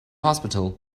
hospital